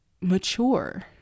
mature